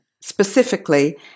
Specifically